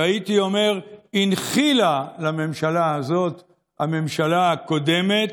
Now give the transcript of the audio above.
שהייתי אומר שהנחילה לממשלה הזאת הממשלה הקודמת,